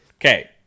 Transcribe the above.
Okay